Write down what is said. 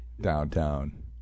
Downtown